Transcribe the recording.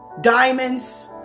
diamonds